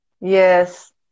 Yes